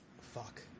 Fuck